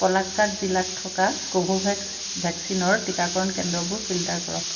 পলাক্কাদ জিলাত থকা কোভোভেক্স ভেকচিনৰ টীকাকৰণ কেন্দ্ৰবোৰ ফিল্টাৰ কৰক